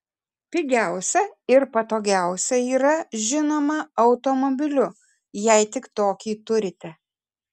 pigiausia ir patogiausia yra žinoma automobiliu jei tik tokį turite